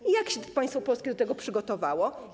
I jak się państwo polskie do tego przygotowało?